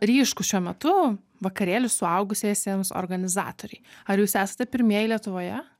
ryškūs šiuo metu vakarėlių suaugusiesiems organizatoriai ar jūs esate pirmieji lietuvoje